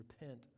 repent